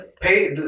pay